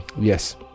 yes